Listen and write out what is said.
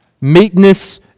meekness